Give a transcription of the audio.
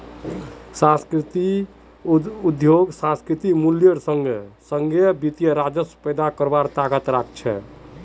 सांस्कृतिक उद्यमितात सांस्कृतिक मूल्येर संगे संगे वित्तीय राजस्व पैदा करवार ताकत रख छे